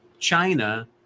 China